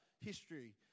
history